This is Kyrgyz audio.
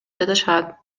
жатышат